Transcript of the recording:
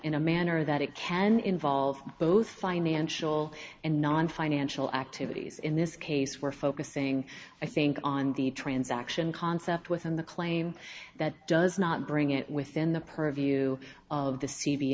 in a manner that it can involve both financial and nonfinancial activities in this case we're focusing i think on the transaction concept within the claim that does not bring it within the purview of the c